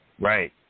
Right